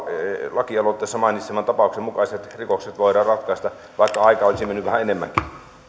lakialoitteessa mainitseman tapauksen mukaiset rikokset voidaan ratkaista vaikka aikaa olisi mennyt vähän enemmänkin meillä